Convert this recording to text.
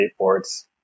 skateboards